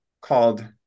called